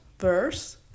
Verse